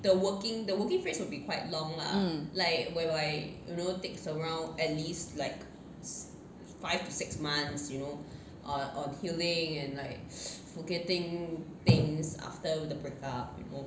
mm